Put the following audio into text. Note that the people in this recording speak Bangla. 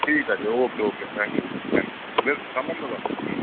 ঠিক আছে okay okay thank you thank you বেশ ছাড়লাম দাদা হুম